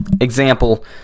example